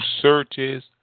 searches